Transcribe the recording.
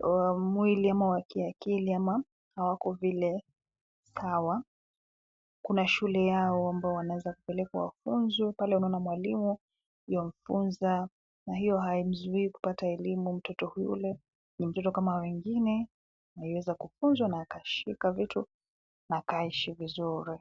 wa mwili ama wa kiakili, ama hawako vile kawaida, kuna shule yao ambayo wanaweza kupelekwa wafunzwe. Pale Unaona mwalimu anamfunza na hiyo haimzuii kupata elimu. Mtoto yule ni mtoto kama wengine; anaweza kufunzwa, kushika vitu, na akaishi vizuri.